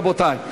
רבותי.